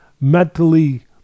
mentally